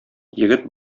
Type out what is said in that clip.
егет